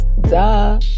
Duh